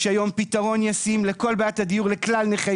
יש היום פתרון ישים לכל בעיית הדיור לכלל נכי